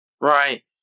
Right